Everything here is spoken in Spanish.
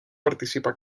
participa